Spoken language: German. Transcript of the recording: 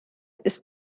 ist